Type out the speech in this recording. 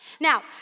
Now